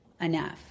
enough